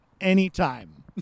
Anytime